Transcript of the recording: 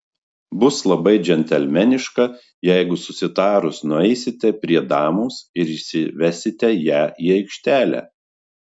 bus labai džentelmeniška jeigu susitarus nueisite prie damos ir išsivesite ją į aikštelę